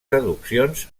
traduccions